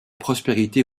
prospérité